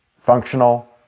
functional